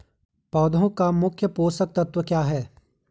पौधें का मुख्य पोषक तत्व क्या है?